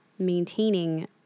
Maintaining